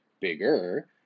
bigger